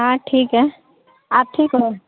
ہاں ٹھیک ہے آپ ٹھیک ہو